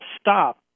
stop